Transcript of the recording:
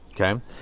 okay